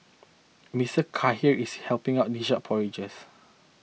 Mister Khair is helping on dish out porridge